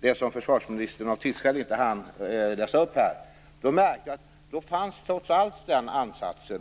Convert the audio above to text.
det som försvarsministern av tidsskäl inte hann läsa upp här i kammaren, finns trots allt den här ansatsen.